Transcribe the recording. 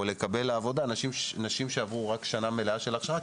לקבל לעבודה נשים שעברו רק שנה מלאה של הכשרה,